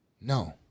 no